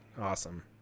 Awesome